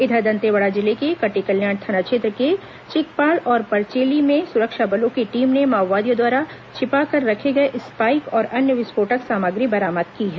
इधर दंतेवाड़ा जिले के कटेकल्याण थाना क्षेत्र के चिकपाल और परचेली में सुरक्षा बलों की टीम ने माओवादियों द्वारा छिपाकर रखे गए स्पाईक और अन्य विस्फोटक सामग्री बरामद की है